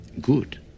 good